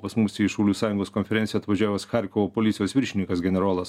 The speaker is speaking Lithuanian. pas mus į šaulių sąjungos konferenciją atvažiavo charkovo policijos viršininkas generolas